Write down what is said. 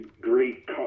great